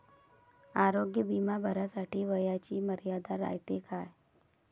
आरोग्य बिमा भरासाठी वयाची मर्यादा रायते काय?